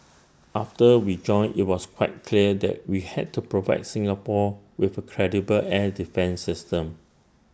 after we joined IT was quite clear that we had to provide Singapore with A credible air defence system